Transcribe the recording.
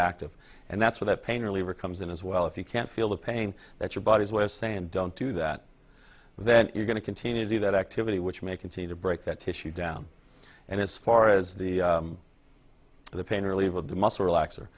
active and that's why that pain reliever comes in as well if you can't feel the pain that your body's way of saying don't do that then you're going to continue to see that activity which may continue to break that tissue down and as far as the pain reliever the muscle relax